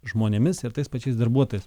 žmonėmis ir tais pačiais darbuotojais